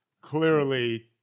clearly